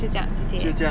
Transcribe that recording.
就这样谢谢